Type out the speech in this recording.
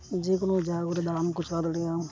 ᱡᱮ ᱠᱚᱱᱳ ᱡᱟᱭᱜᱟᱨᱮ ᱫᱟᱲᱟᱱ ᱠᱚ ᱪᱟᱞᱟᱣ ᱫᱟᱲᱮᱭᱟᱜᱼᱟ